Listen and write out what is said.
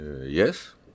Yes